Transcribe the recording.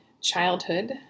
childhood